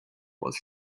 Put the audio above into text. was